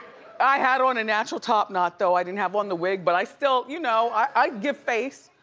i had on a natural top knot, though, i didn't have on the wig, but i still, you know, i give face.